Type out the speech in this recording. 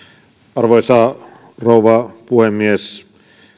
arvoisa rouva puhemies